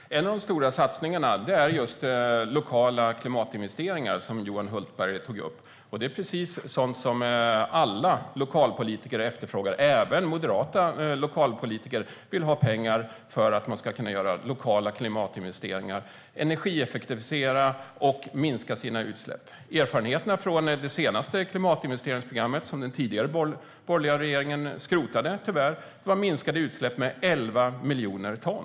Herr talman! En av de stora satsningarna är just lokala klimatinvesteringar, som Johan Hultberg tog upp. Det är sådant som alla lokalpolitiker efterfrågar. Även moderata lokalpolitiker vill ha pengar för att kunna göra lokala klimatinvesteringar, energieffektivisera och minska sina utsläpp. Erfarenheterna från det senaste klimatinvesteringsprogrammet, som den tidigare borgerliga regeringen tyvärr skrotade, visar att vi fick minskade utsläpp med 11 miljoner ton.